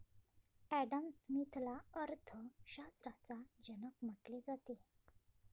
Adam स्मिथला अर्थ शास्त्राचा जनक म्हटले जाते